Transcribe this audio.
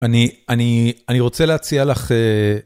אני רוצה להציע לך...